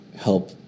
help